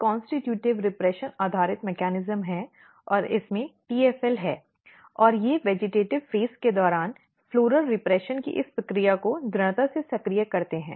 एक constitutive repression आधारित mechanism है और इसमें TFL है और वे वेजिटेटिव़ चरण के दौरान फ़्लॉरल रीप्रिशन की इस प्रक्रिया को दृढ़ता से सक्रिय करते हैं